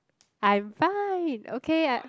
I'm fine okay